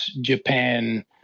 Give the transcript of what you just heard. Japan